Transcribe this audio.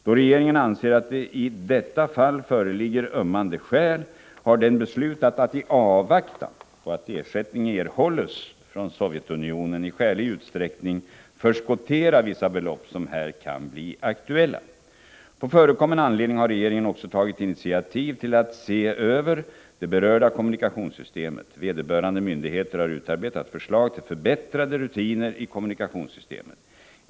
Då regeringen anser att det i detta fall föreligger ömmande skäl har den beslutat att, i avvaktan på att ersättning erhålles från Sovjetunionen, i skälig utsträckning förskottera vissa belopp som här kan bli aktuella. På förekommen anledning har regeringen också tagit initiativ till att se över det berörda kommunikationssystemet. Vederbörande myndigheter har utarbetat förslag till förbättrade rutiner i kommunikationssystemet.